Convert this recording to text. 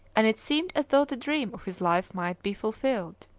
and it seemed as though the dream of his life might be fulfilled.